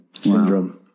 syndrome